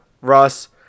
Russ